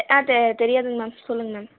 ஆ தெ தெரியாதுங்க மேம் சொல்லுங்கள் மேம்